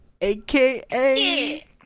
AKA